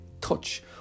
touch